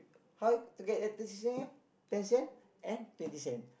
how to get a thirty cent ten cent and twenty cent